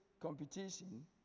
competition